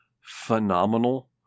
phenomenal